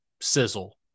sizzle